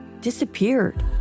disappeared